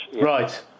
Right